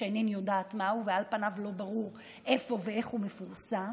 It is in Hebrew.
שאינני יודעת מה הוא ועל פניו לא ברור איפה ואיך הוא מפורסם,